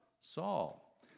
Saul